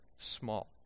small